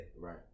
right